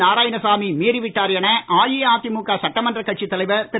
நாராயணசாமி மீறிவிட்டார் என அஇஅதிமுக சட்டமன்றக் கட்சித் தலைவர் திரு